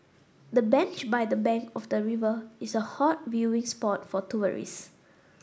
the bench by the bank of the river is a hot viewing spot for tourists